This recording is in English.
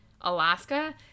Alaska